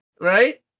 Right